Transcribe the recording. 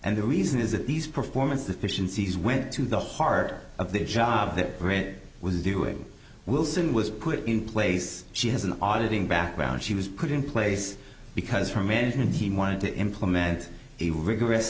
and the reason is that these performance deficiencies went to the heart of the job that brit was doing wilson was put in place she has an auditing background she was put in place because her management team wanted to implement a r